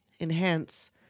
enhance